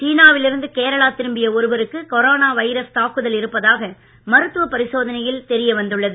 சீனா வில் இருந்து கேரளா திரும்பிய ஒருவருக்கு கொரோனா வைரஸ் தாக்குதல் இருப்பதாக மருத்துவ பரிசோதனையில் தெரிய வந்துள்ளது